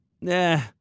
Nah